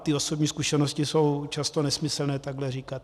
Ty osobní zkušenosti jsou často nesmyslné takhle říkat.